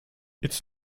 its